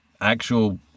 actual